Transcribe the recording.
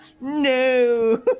No